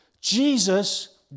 Jesus